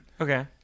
Okay